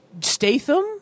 Statham